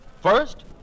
First